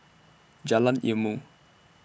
Jalan Ilmu